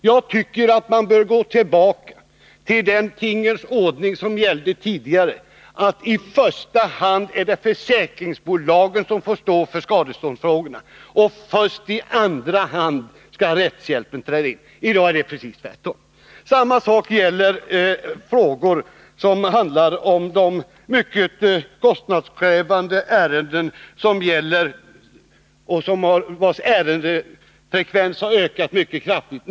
Jag tycker att man bör gå tillbaka till den tingens ordning som tidigare gällde: I första hand är det försäkringsbolagen som bör stå för skadestånden, och först i andra hand skall rättshjälpen träda in. I dag är det tvärtom. Detsamma gäller de mycket kostnadskrävande ärendena om fel i fastigheter; där har ärendefrekvensen ökat mycket kraftigt.